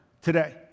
today